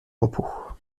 repos